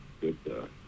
good